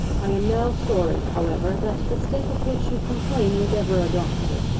i am now sorry however, that the step of which you complain was ever adopted.